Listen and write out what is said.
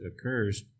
occurs